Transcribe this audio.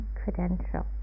credential